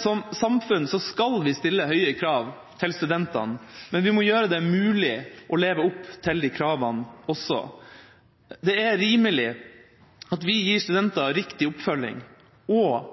Som samfunn skal vi stille høye krav til studentene, men vi må gjøre det mulig å leve opp til de kravene også. Det er rimelig at vi gir studenter riktig oppfølging, og